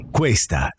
questa